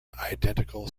identical